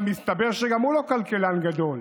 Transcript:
מסתבר שגם הוא לא כלכלן גדול,